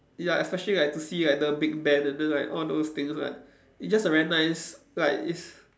ya especially like to see like the big Ben and then like all those things like it's just a very nice like it's